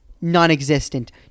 non-existent